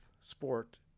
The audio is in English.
sport